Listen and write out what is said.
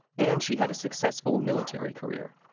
and she had a successful military career,